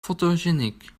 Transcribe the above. fotogeniek